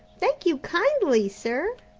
thank you kindly, sir.